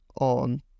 on